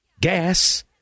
gas